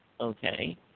okay